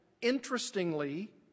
interestingly